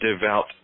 devout